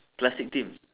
classic theme